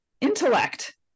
intellect